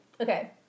Okay